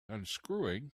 unscrewing